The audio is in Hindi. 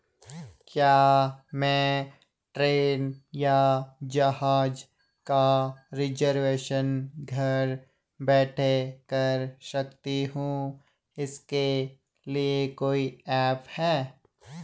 क्या मैं ट्रेन या जहाज़ का रिजर्वेशन घर बैठे कर सकती हूँ इसके लिए कोई ऐप है?